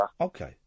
Okay